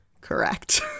correct